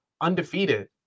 undefeated